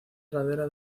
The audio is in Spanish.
ladera